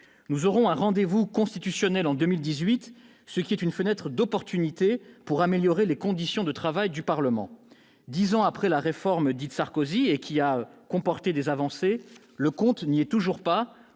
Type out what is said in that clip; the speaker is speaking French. Nous aurons un rendez-vous constitutionnel en 2018, qui sera une fenêtre d'opportunité pour améliorer les conditions de travail du Parlement. Dix ans après la réforme dite « Sarkozy », qui a comporté des avancées, le compte n'y est toujours pas,